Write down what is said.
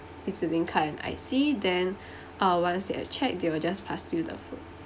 E_Z link card and I_C then uh once they are checked they will just pass you the food